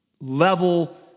level